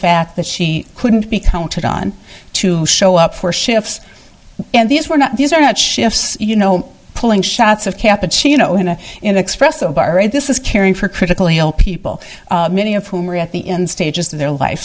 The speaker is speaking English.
fact that she couldn't be counted on to show up for shifts and these were not these are not shifts you know pulling shots of capital you know in a in the espresso bar right this is caring for critically ill people many of whom are at the end stages of their life